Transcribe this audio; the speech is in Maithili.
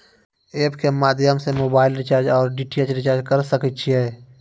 एप के माध्यम से मोबाइल रिचार्ज ओर डी.टी.एच रिचार्ज करऽ सके छी यो?